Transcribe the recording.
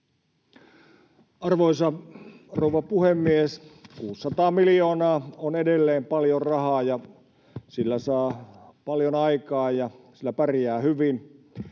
Arvoisa rouva puhemies! 600 miljoonaa on edelleen paljon rahaa, ja sillä saa paljon aikaan ja sillä pärjää hyvin.